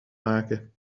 maken